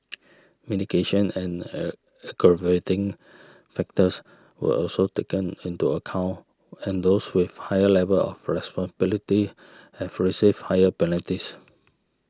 mitigation and a aggravating factors were also taken into account and those with higher level of responsibilities have received higher penalties